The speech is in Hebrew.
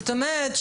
זאת אומרת,